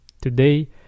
today